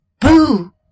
Boo